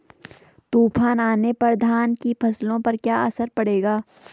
तूफान आने पर धान की फसलों पर क्या असर पड़ेगा?